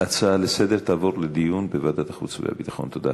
ההצעה להעביר את הנושא לוועדת החוץ והביטחון נתקבלה.